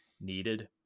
needed